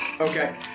Okay